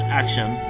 action